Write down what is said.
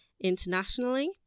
internationally